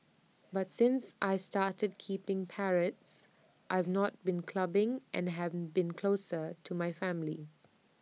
but since I started keeping parrots I've not been clubbing and haven been closer to my family